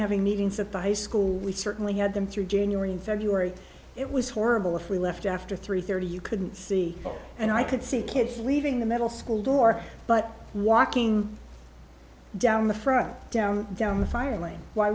having meetings at the high school we certainly had them through january and february it was horrible if we left after three hundred and thirty you couldn't see and i could see kids leaving the middle school door but walking down the front down down the fire lane why